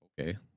okay